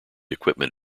equipment